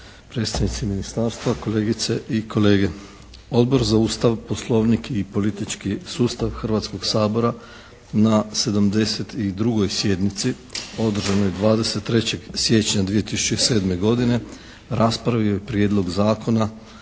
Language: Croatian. predstavnici ministarstva, kolegice i kolege. Odbor za Ustav, Poslovnik i politički sustav Hrvatskog sabora na 72. sjednici održanoj 23. siječnja 2007. godine raspravio je Prijedlog zakona